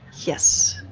yes.